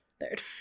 Third